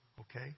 Okay